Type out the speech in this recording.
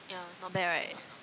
ya not bad right